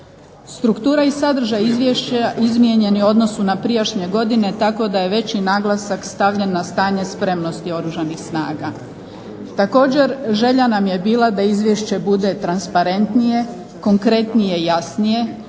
Struktura i sadržaj izvješća izmijenjen je u odnosu na prijašnje godine tako da je veći naglasak stavljen na stanje spremnosti Oružanih snaga. Također želja nam je bila da izvješće bude transparentnije, konkretnije i jasnije.